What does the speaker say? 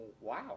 Wow